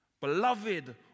Beloved